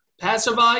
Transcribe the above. passerby